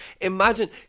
Imagine